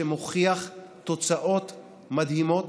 שמוכיח תוצאות מדהימות